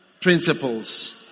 principles